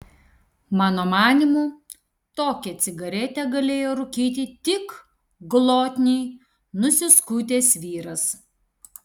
mano manymu tokią cigaretę galėjo rūkyti tik glotniai nusiskutęs vyras